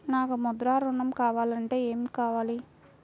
నాకు ముద్ర ఋణం కావాలంటే ఏమి కావాలి?